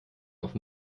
auf